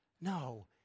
No